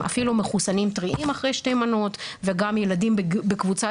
אפילו מחוסנים טריים אחרי שתי מנות וגם ילדים בקבוצת